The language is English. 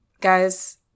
Guys